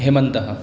हेमन्तः